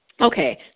Okay